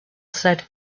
said